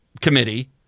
committee –